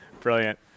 brilliant